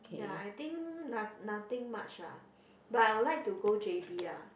ya I think no~ nothing much ah but I would like to go j_b ah